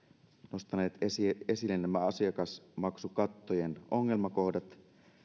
nostaneet esille nämä asiakasmaksukattojen ongelmakohdat